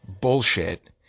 bullshit